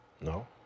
No